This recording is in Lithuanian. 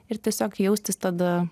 ir tiesiog jaustis tada